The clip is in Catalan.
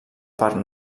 part